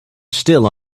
still